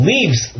Leaves